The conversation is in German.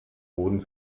boden